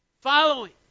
following